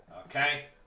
Okay